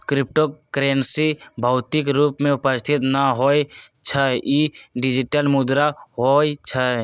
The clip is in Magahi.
क्रिप्टो करेंसी भौतिक रूप में उपस्थित न होइ छइ इ डिजिटल मुद्रा होइ छइ